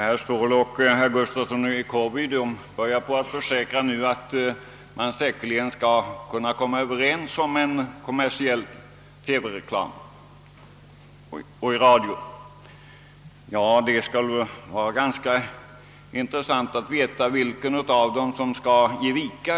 Herr talman! Herr Ståhl och herr Gustafsson i Kårby försäkrar att man nog skall komma överens om reklamen 1 TV och radio. Det skulle vara intressant att veta, vilken av dem som då skall ge vika.